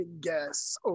guess